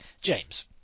James